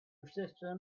reception